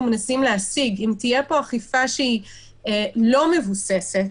מנסים להשיג אם תהיה פה אכיפה שהיא לא מבוססת,